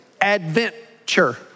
Adventure